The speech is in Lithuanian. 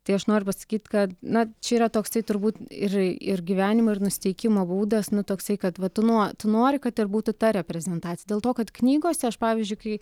tai aš noriu pasakyt kad na čia yra toksai turbūt ir ir gyvenimo ir nusiteikimo būdas nu toksai kad vat tu no tu nori kad ir būtų ta reprezentacija dėl to kad knygose aš pavyzdžiui kai